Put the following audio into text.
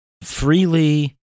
freely